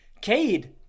Cade